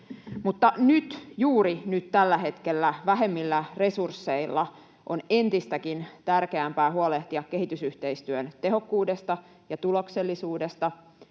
mutta nyt, juuri nyt, tällä hetkellä, vähemmillä resursseilla on entistäkin tärkeämpää huolehtia kehitysyhteistyön tehokkuudesta ja tuloksellisuudesta